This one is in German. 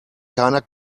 keiner